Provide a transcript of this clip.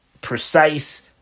precise